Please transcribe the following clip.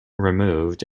removed